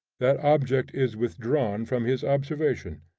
that object is withdrawn from his observation,